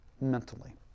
mentally